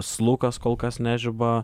slukas kol kas nežiba